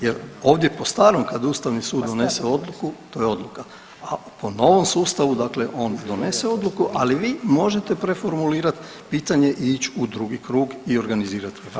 Jer, ovdje po starom, kad Ustavni sud donese odluku, to je odluka, a po novom sustavu, dakle on donese odluku, ali vi možete preformulirati pitanje i ići u drugi krug i organizirati referendum.